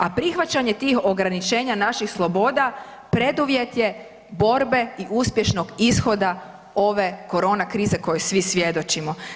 A prihvaćanje tih ograničenja naših sloboda preduvjet je borbe i uspješnog ishoda ove korona krize kojoj svi svjedočimo.